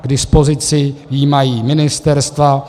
K dispozici ji mají ministerstva.